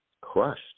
crushed